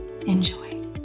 Enjoy